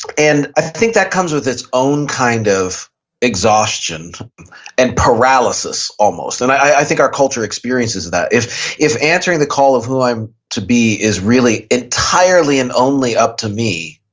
and i think that comes with its own kind of exhaustion and paralysis almost. and i think our culture experiences that if if answering the call of who i'm to be is really entirely and only up to me,